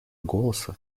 голоса